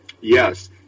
yes